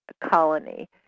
colony